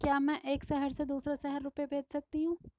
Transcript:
क्या मैं एक शहर से दूसरे शहर रुपये भेज सकती हूँ?